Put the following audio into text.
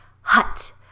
hut